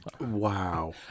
wow